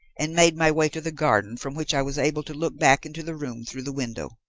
and made my way to the garden, from which i was able to look back into the room through the window.